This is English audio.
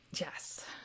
Yes